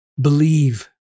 believe